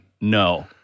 No